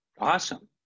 Awesome